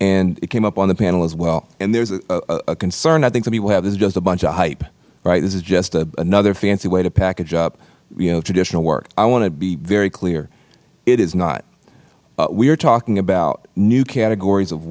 and it came up on the panel as well and there is a concern i think some people have this is just a bunch of hype right this is just another fancy way to package up you know traditional work i want to be very clear it is not we are talking about new categories of